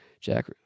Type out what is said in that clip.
Jack